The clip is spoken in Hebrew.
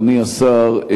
אדוני השר,